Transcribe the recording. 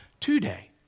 today